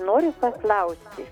noriu paklausti